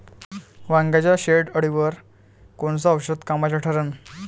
वांग्याच्या शेंडेअळीवर कोनचं औषध कामाचं ठरन?